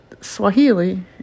Swahili